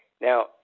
Now